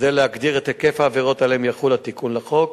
כדי להגדיר את היקף העבירות שעליהן יחול התיקון לחוק,